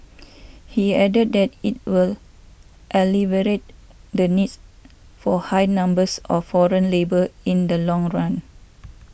he added that it will alleviate the needs for high numbers of foreign labour in the long run